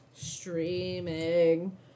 Streaming